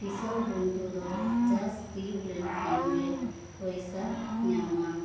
ᱠᱤᱥᱚᱠ ᱵᱩᱱᱫᱷᱩ ᱫᱚ ᱪᱟᱥ ᱛᱤᱭᱩᱜ ᱞᱮᱱ ᱠᱷᱟᱱ ᱜᱮ ᱯᱚᱭᱥᱟ ᱧᱟᱢᱚᱜᱼᱟᱱ